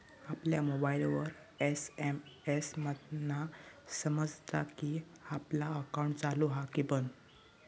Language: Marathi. आपल्या मोबाईलवर एस.एम.एस मधना समजता कि आपला अकाउंट चालू हा कि बंद